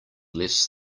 less